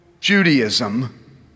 Judaism